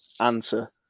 answer